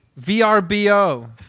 VRBO